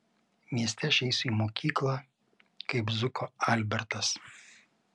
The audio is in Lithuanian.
mieste aš eisiu į mokyklą kaip zuko albertas